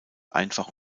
einfach